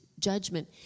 judgment